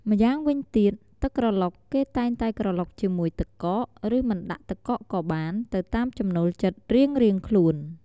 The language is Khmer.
ម្យ៉ាងវិញទៀត ទឹកក្រឡុកគេតែងតែក្រឡុកជាមួយទឹកកក ឬមិនដាក់ទឹកកកក៏បាន ទៅតាមចំណូលចិត្តរៀងៗខ្លួន។